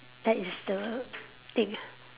that is the thing